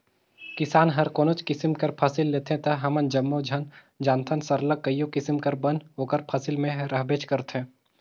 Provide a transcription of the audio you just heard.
किसान हर कोनोच किसिम कर फसिल लेथे ता हमन जम्मो झन जानथन सरलग कइयो किसिम कर बन ओकर फसिल में रहबेच करथे